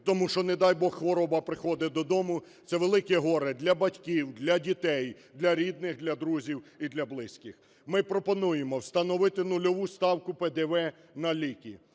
Тому що, не дай Бог, хвороба приходить до дому - це велике горе для батьків, для дітей, для рідних, для друзів і для близьких. Ми пропонуємо встановити нульову ставку ПДВ на ліки,